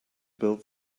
build